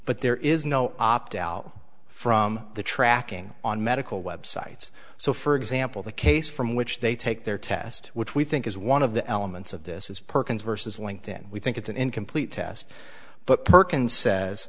but there is no opt out from the tracking on medical websites so for example the case from which they take their test which we think is one of the elements of this is perkins versus linked in we think it's an incomplete test but